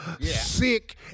sick